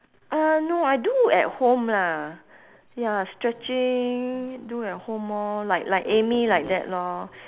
uh no I do at home lah ya stretching do at home orh like like amy like that lor